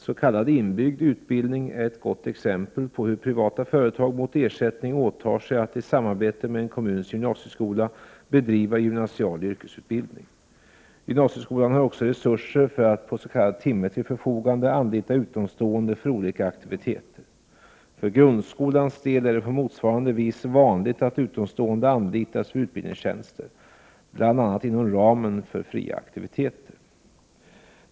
S.k. inbyggd utbildning är ett gott exempel på hur privata företag mot ersättning åtar sig att i samarbete med en kommuns gymnasieskola bedriva gymnasial yrkesutbildning. Gymnasieskolan har också resurser för att på s.k. timme till förfogande anlita utomstående för olika aktiviteter. För grundskolans del är det på motsvarande vis vanligt att utomstående anlitas för utbildningstjänster bl.a. inom ramen för fria aktiviteter.